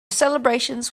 celebrations